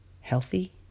Healthy